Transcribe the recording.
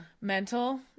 mental